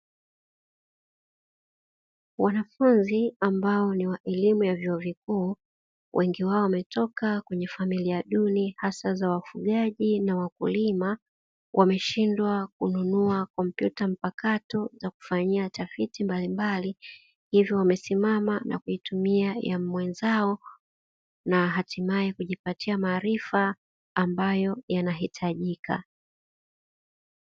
Wanafunzi ambao ni wa elimu ya vyuo vikuu wengi wao wametoka kwenye familia duni hasa za wafugaji na wakulima; wameshindwa kununua kompyuta mpakato za kufanyia tafiti mbalimbali, hivyo wamesimama na kuitumia ya mwenzao na hatimaye kujipatia maarifa ambayo yanahitajika.